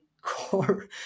core